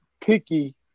picky